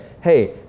hey